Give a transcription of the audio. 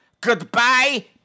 Goodbye